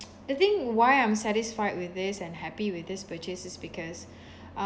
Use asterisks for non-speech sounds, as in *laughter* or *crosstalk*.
*noise* the thing why I'm satisfied with this and happy with this purchase is because